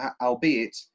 Albeit